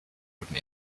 wurden